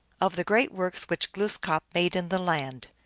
of the great works which glooskap made in the land.